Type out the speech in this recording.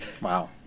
Wow